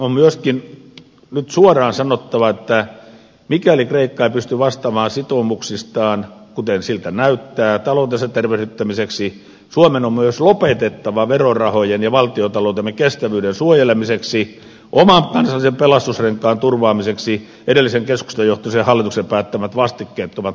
on myöskin nyt suoraan sanottava että mikäli kreikka ei pysty vastaamaan sitoumuksistaan kuten näyttää taloutensa tervehdyttämiseksi suomen on myös lopetettava verorahojen ja valtiontaloutemme kestävyyden suojelemiseksi oman kansallisen pelastusrenkaan turvaamiseksi edellisen keskustajohtoisen hallituksen päättämät vastikkeettomat maksatukset